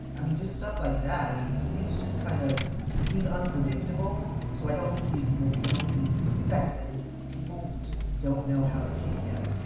i mean just stuff like that, i mean, he's just kind of he's unpredictable so i don't think he's he's i don't think he's respected. i think people just don't know how to take him,